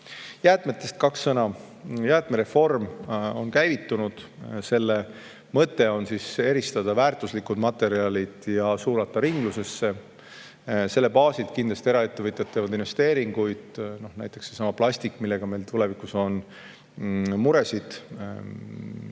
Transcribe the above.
Jäätmetest kaks sõna. Jäätmereform on käivitunud. Selle mõte on eristada väärtuslikud materjalid ja suunata need ringlusse. Selle baasilt kindlasti eraettevõtjad teevad investeeringuid, näiteks seesama plastik, millega meil tulevikus on muresid, selle